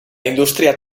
industria